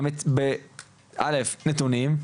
ראשית, בנתונים,